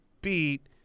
beat